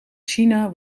china